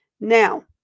Now